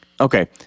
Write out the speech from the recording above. okay